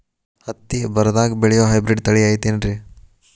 ಹತ್ತಿ ಬರದಾಗ ಬೆಳೆಯೋ ಹೈಬ್ರಿಡ್ ತಳಿ ಐತಿ ಏನ್ರಿ?